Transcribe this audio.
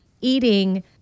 eating